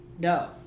No